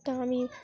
তা আমি